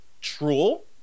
Troll